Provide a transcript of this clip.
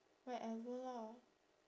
whatever lah